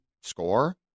score